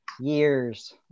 years